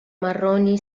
marroni